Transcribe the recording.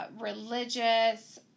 religious